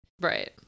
Right